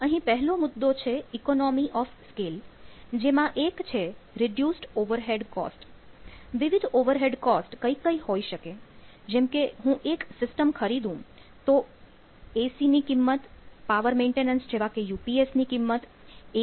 અહીં પહેલો મુદ્દો છે ઈકોનોમી ઓફ સ્કેલ છે